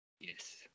Yes